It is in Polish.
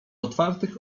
otwartych